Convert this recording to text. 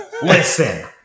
Listen